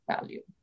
value